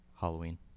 Halloween